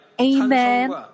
Amen